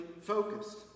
focused